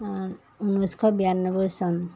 ঊনৈছশ বিৰান্নব্বৈ চন